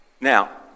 Now